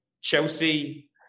Chelsea